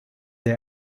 they